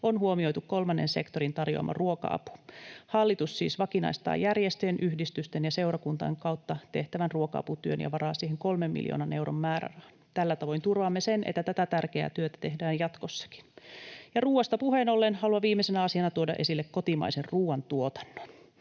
on huomioitu kolmannen sektorin tarjoama ruoka-apu. Hallitus siis vakinaistaa järjestöjen, yhdistysten ja seurakuntien kautta tehtävän ruoka-aputyön ja varaa siihen kolmen miljoonan euron määrärahan. Tällä tavoin turvaamme sen, että tätä tärkeää työtä tehdään jatkossakin. Ruuasta puheen ollen haluan viimeisenä asiana tuoda esille kotimaisen ruuantuotannon.